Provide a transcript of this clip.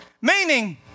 meaning